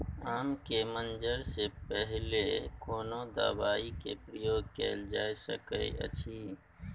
आम के मंजर से पहिले कोनो दवाई के प्रयोग कैल जा सकय अछि?